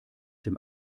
dem